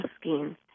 asking